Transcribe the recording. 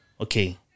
okay